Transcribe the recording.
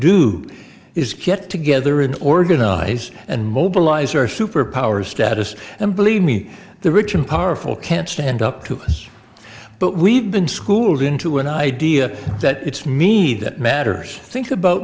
do is get together and organize and mobilize our superpower status and believe me the rich and powerful can't stand up to us but we've been schooled into an idea that it's me that matters think about